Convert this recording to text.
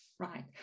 Right